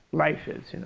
life is.